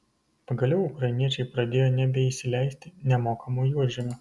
pagaliau ukrainiečiai pradėjo nebeįsileisti nemokamo juodžemio